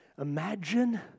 Imagine